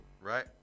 Right